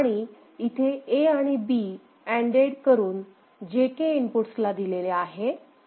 आणि इथे A आणि B अँडेड करून J K इनपुटस ला दिलेले आहे